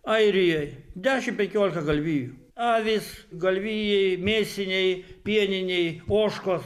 airijoj dešim penkiolika galvijų avys galvijai mėsiniai pieniniai ožkos